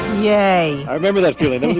yay i remember that feeling.